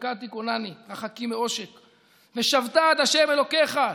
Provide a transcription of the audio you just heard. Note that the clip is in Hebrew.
בצדקה תִּכּוֹנָני רחקי מעֹשק"; "ושבת עד ה' אלוקיך";